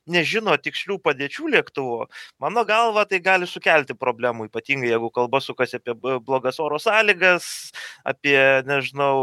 nežino tikslių padėčių lėktuvo mano galva tai gali sukelti problemų ypatingai jeigu kalba sukasi apie b blogas oro sąlygas apie nežinau